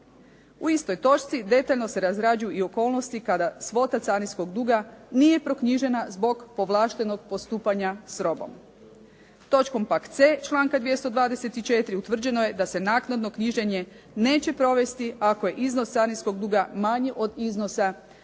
U istoj točci detaljno se razrađuju i okolnosti kada svota carinskog duga nije proknjižena zbog povlaštenog postupanja s robom. Točkom pak C članka 224. utvrđeno je da se naknadno knjiženje neće provesti ako je iznos carinskog duga manji od iznosa